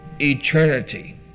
eternity